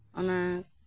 ᱚᱱᱟ